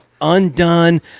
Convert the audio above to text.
undone